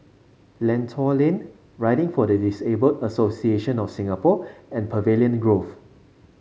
Lentor Lane Riding for the Disabled Association of Singapore and Pavilion Grove